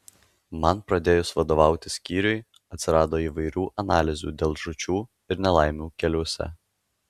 man pradėjus vadovauti skyriui atsirado įvairių analizių dėl žūčių ir nelaimių keliuose